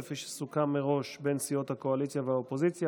כפי שסוכם מראש בין סיעות הקואליציה והאופוזיציה.